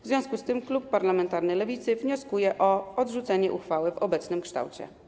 W związku z tym klub parlamentarny Lewicy wnioskuje o odrzucenie uchwały w obecnym kształcie.